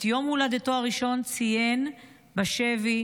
את יום הולדתו הראשון ציין בשבי,